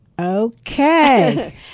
okay